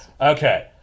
Okay